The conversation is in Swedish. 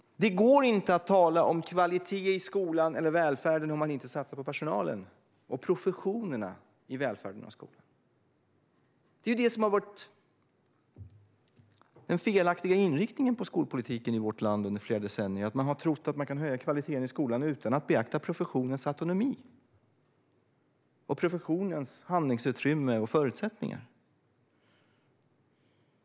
Det går inte att tala om kvalitet i skolan eller i välfärden om man inte satsar på personalen och professionerna. Den felaktiga inriktningen på skolpolitiken i vårt land har varit att man har trott att man kan höja kvaliteten i skolan utan att beakta professionens autonomi, handlingsutrymme och förutsättningar.